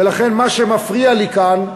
ולכן, מה שמפריע לי כאן,